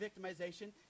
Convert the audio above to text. victimization